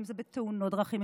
אם זה בתאונות דרכים,